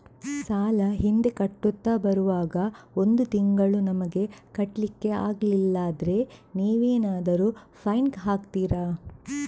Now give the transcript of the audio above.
ಸಾಲ ಹಿಂದೆ ಕಟ್ಟುತ್ತಾ ಬರುವಾಗ ಒಂದು ತಿಂಗಳು ನಮಗೆ ಕಟ್ಲಿಕ್ಕೆ ಅಗ್ಲಿಲ್ಲಾದ್ರೆ ನೀವೇನಾದರೂ ಫೈನ್ ಹಾಕ್ತೀರಾ?